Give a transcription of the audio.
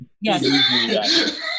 Yes